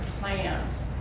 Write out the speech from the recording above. plans